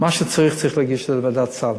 מה שצריך, צריך להגיד לוועדת הסל.